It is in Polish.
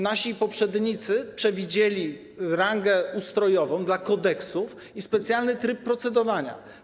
Nasi poprzednicy przewidzieli rangę ustrojową dla kodeksów i specjalny tryb procedowania.